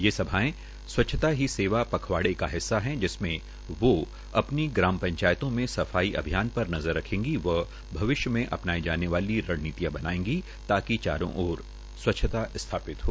ये सभाएं स्वचछता ही सेवा पखवाड़े का हिस्सा है जिसमें वो अपनी ग्राम पंचायतों में सफाई अभियान पर नज़र रखेगी व भविष्य में अपनाई जानेवाली रणनीतियां बनायेगी ताकि चारो आरे स्वच्छता सथापित हो